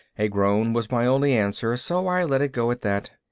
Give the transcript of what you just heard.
a groan was my only answer so i let it go at that.